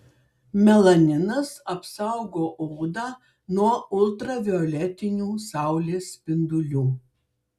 melaninas apsaugo odą nuo ultravioletinių saulės spindulių